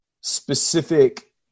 specific